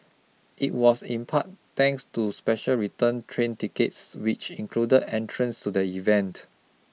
it was in part thanks to the special return train tickets which included entrance to the event